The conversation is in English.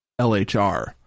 LHR